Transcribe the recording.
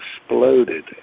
exploded